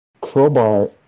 Crowbar